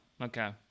okay